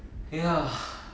ya